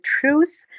truth